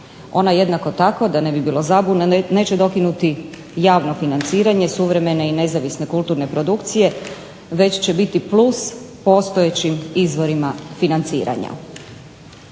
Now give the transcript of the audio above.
Ona jednako tako, da ne bi bilo zabune, neće dokinuti javno financiranje suvremene i nezavisne kulturne produkcije već će biti plus postojećim izvorima financiranja.